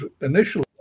initially